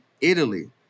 Italy